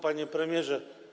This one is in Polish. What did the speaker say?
Panie Premierze!